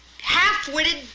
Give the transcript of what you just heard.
half-witted